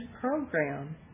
program